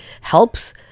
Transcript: helps